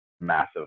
massive